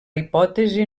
hipòtesi